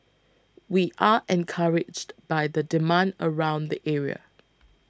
we are encouraged by the demand around the area